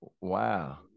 Wow